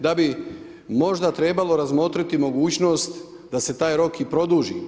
Da bi možda trebalo razmotriti mogućnost da se taj rok produži.